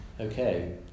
Okay